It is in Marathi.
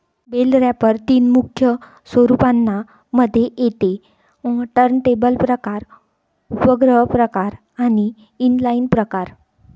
बेल रॅपर तीन मुख्य स्वरूपांना मध्ये येते टर्नटेबल प्रकार, उपग्रह प्रकार आणि इनलाईन प्रकार